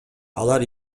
алар